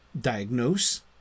diagnose